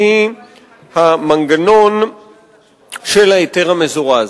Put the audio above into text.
והיא המנגנון של ההיתר המזורז.